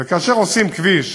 וכאשר עושים כביש